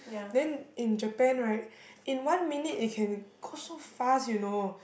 then in Japan right in one minute it can go so fast you know